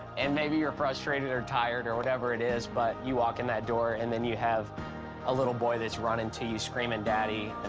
and maybe you're frustrated or tired or whatever it is. but you walk in that door and then you have a little boy that's running to you screaming, daddy,